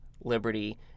Liberty